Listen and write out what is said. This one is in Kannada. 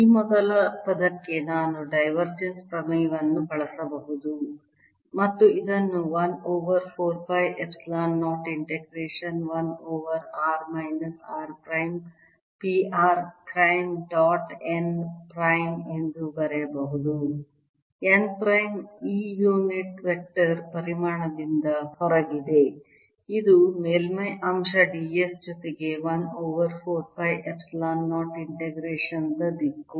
ಈ ಮೊದಲ ಪದಕ್ಕೆ ನಾನು ಡೈವರ್ಜೆನ್ಸ್ ಪ್ರಮೇಯವನ್ನು ಬಳಸಬಹುದು ಮತ್ತು ಇದನ್ನು 1 over 4 pi epsilon 0 integration 1 over r minus r prime p r prime dot n prime ಎಂದು ಬರೆಯಬಹುದು n ಪ್ರೈಮ್ ಈ ಯೂನಿಟ್ ವೆಕ್ಟರ್ ಪರಿಮಾಣದಿಂದ ಹೊರಗಿದೆ ಇದು ಮೇಲ್ಮೈ ಅಂಶ d s ಜೊತೆಗೆ 1 ಓವರ್ 4 ಪೈ ಎಪ್ಸಿಲಾನ್ 0 ಇಂಟಿಗ್ರೇಶನ್ ದ ದಿಕ್ಕು